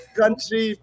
country